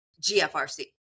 GFRC